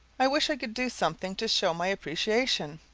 i wish i could do something to show my appreciation.